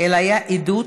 אלא היה עדות